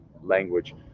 language